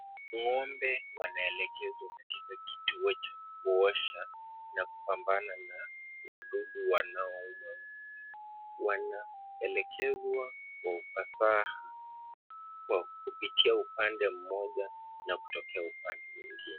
Ng'ombe wanaelekezwa katika kituo cha kuosha na kupambana na wadudu. Wanaelekezwa kwa ufasaha kwa kupitia upande mmoja na kutokea upande mwingine.